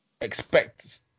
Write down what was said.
expect